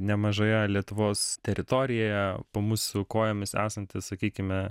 nemažoje lietuvos teritorijoje po mūsų kojomis esantis sakykime